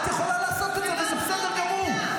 את יכולה לעשות את זה, וזה בסדר גמור.